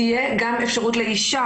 תהיה גם אפשרות לאשה.